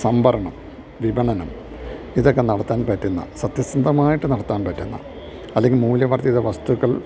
സംഭരണം വിപണനം ഇതൊക്കെ നടത്താൻ പറ്റുന്ന സത്യസന്ധമായിട്ട് നടത്താൻ പറ്റുന്ന അല്ലെങ്കിൽ മൂല്യവർദ്ധിത വസ്തുക്കൾ